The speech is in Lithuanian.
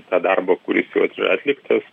tą darbą kuris jau at atliktas